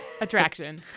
attraction